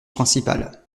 principal